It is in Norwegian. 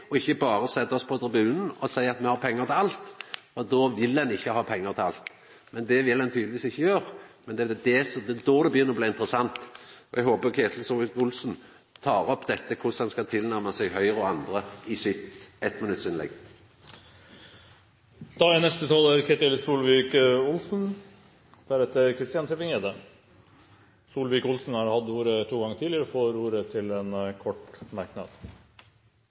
– ikkje berre sitja på tribunen og seia at dei har pengar til alt. Då vil ein ikkje ha pengar til alt. Men det vil dei tydelegvis ikkje gjera, og det er då det begynner å bli interessant. Eg håpar Ketil Solvik-Olsen tar opp dette med korleis han skal nærma seg Høgre og dei andre, i sitt 1-minutts innlegg. Representanten Ketil Solvik-Olsen har hatt ordet to ganger tidligere og får ordet til en kort merknad,